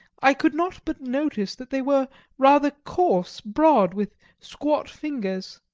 i could not but notice that they were rather coarse broad, with squat fingers.